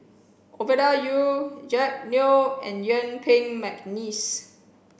Ovidia Yu Jack Neo and Yuen Peng McNeice